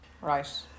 Right